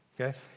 Okay